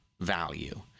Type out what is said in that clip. value